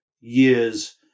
years